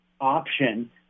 option